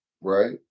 right